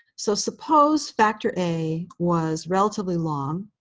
so suppose factor a was relatively long,